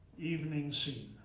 evening scene.